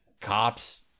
cops